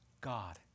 God